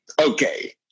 okay